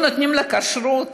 לא נותנים כשרות.